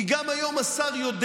כי גם היום השר יודע